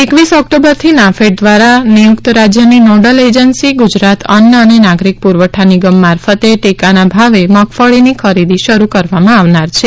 એકવીસ ઓક્ટોબરથી નાફેડ દ્વારા નિયુક્ત રાજયની નોડલ એજન્સી ગુજરાત અન્ન અને નાગરિક પુરવઠા નિગમ મારફતે ટેકાના ભાવે મગફળીની ખરીદી શરૂ કરવામાં આવનાર છે